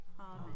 Amen